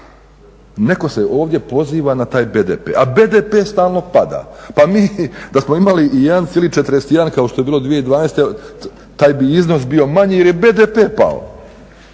Netko se ovdje poziva na taj BDP. A BDP stalno pada. Pa mi da smo imali i 1,41 kao što je bilo 2012. taj bi iznos bio manji jer je BDP pao